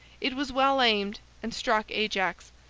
it was well aimed and struck ajax,